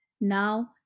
now